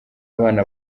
abana